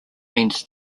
means